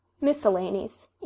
Miscellanies